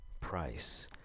Price